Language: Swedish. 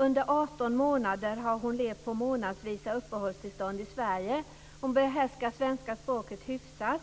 Under 18 månader har hon levt på månadsvisa uppehållstillstånd i Sverige. Hon behärskar svenska språket hyfsat.